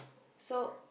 so